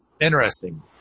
interesting